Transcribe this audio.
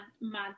mad